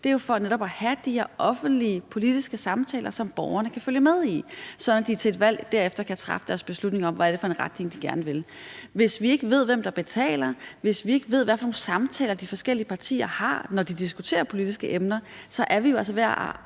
netop at have de her offentlige politiske samtaler, som borgerne kan følge med i, så de ved et valg derefter kan træffe deres beslutning om, hvad det er for en retning, de gerne vil se. Hvis vi ikke ved, hvem der betaler, hvis vi ikke ved, hvad for nogle samtaler de forskellige partier har, når de diskuterer politiske emner, så er vi også ved at